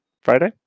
Friday